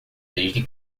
desde